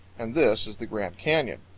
and this is the grand canyon.